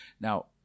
Now